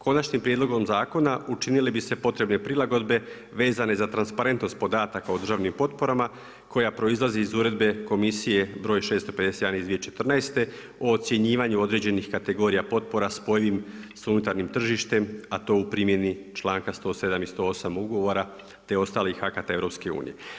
Konačnim prijedlogom zakona učinile bi se potrebne prilagodbe vezane za transparentnost podataka o državnim potporama koja proizlazi iz Uredbe Komisije broj 651. iz 2014. o ocjenjivanju određenih kategorija potpora spojivim sa unutarnjim tržištem a to u primjeni članka 107. i 108. ugovora, te ostalih akata EU.